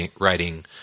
writing